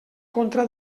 contra